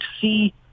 see